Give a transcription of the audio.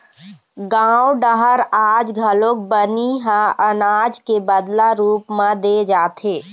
गाँव डहर आज घलोक बनी ह अनाज के बदला रूप म दे जाथे